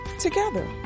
together